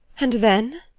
and then?